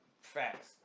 Facts